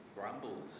grumbled